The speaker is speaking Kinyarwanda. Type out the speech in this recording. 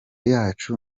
yacu